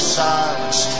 silence